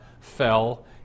fell